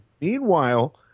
Meanwhile